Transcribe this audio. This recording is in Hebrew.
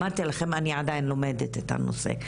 אמרתי לכן, אני עדיין לומדת את הנושא.